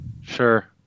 Sure